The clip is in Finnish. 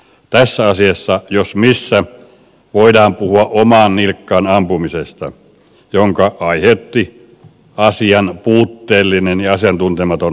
tässä asiassa jos missä voidaan puhua omaan nilkkaan ampumisesta jonka aiheutti asian puutteellinen ja asiantuntematon valmistelu